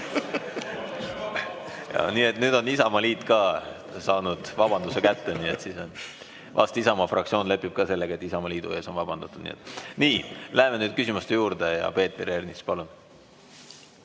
Nii et nüüd on Isamaaliit ka saanud vabanduse kätte, vast Isamaa fraktsioon lepib sellega, et Isamaaliidu ees on vabandatud. Nii. Läheme nüüd küsimuste juurde. Peeter Ernits, palun!